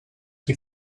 qui